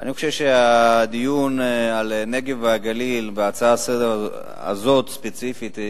אני חושב שהדיון על הנגב והגליל וההצעה לסדר-היום הזאת ספציפית,